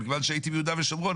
אבל מכיוון שהייתי ביהודה ושומרון,